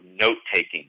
note-taking